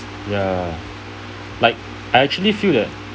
ya like I actually feel that